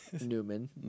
Newman